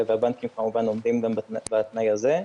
הבנקים כמובן עומדים גם בתנאי הזה.